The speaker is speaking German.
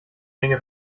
dinge